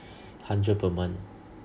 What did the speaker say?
hundred per month